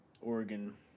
Oregon